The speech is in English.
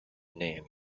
name